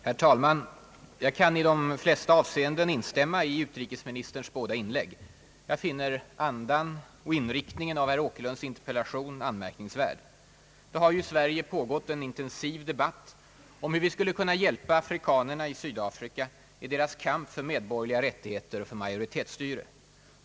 Herr talman! Jag kan i de flesta avseenden instämma i utrikesministerns båda inlägg. Jag finner andan i och inriktningen av herr Åkerlunds interpellation anmärkningsvärd. Det har ju i Sverige pågått en intensiv debatt om hur vi skall kunna hjälpa afrikanerna i Sydafrika i deras kamp för medborgerliga rättigheter och majoritetsstyre.